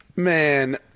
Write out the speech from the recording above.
Man